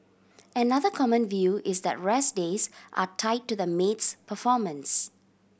another common view is that rest days are tied to the maid's performance